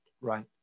right